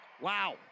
Wow